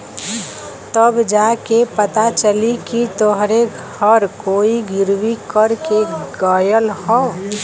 तब जा के पता चली कि तोहरे घर कोई गिर्वी कर के गयल हौ